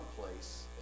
place